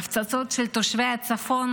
ההפצצות על תושבי הצפון